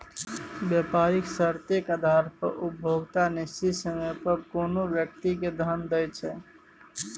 बेपारिक शर्तेक आधार पर उपभोक्ता निश्चित समय पर कोनो व्यक्ति केँ धन दैत छै